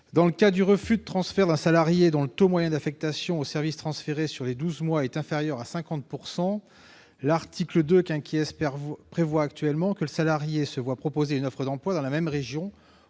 Dans le cas d'un refus de transfert d'un salarié dont le taux moyen d'affectation au service transféré sur les douze mois est inférieur à 50 %, l'article 2 prévoit actuellement que ce salarié se voie proposer une offre d'emploi dans la même région